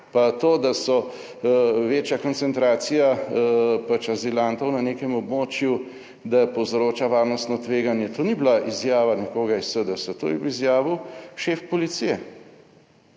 Pa to, da so večja koncentracija pač azilantov na nekem območju, da povzroča varnostno tveganje, to ni bila izjava nekoga iz SDS, to je izjavil šef policije